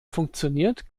funktioniert